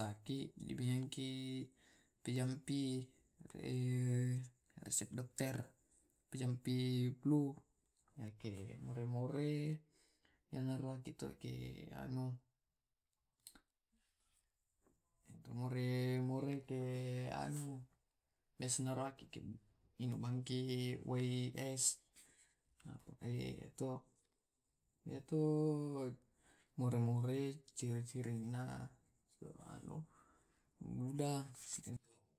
sakit dena pakekan ki jampi dokter atau lauki apotek ngalli ki to jampi flu. Ke maelo paja bolokeng tau, hidung tersumbat. Mane tau biasa tambah pa mandu ke ditambahmi tu es atau anu macanning na tambah mande more na iyaro pujampinna biasa tu di baluku apoyik atau lau ko deokter maparessa. Pejapi biasa to de waktunya di kande tuma biasa soroki mande, makalle, tangalo, bony=gi dikande to majampi to di alliangki biasa dokter tojo apotik.